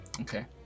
Okay